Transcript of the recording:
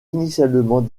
initialement